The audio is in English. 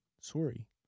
sorry